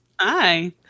Hi